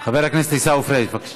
חבר הכנסת עיסאווי פריג'.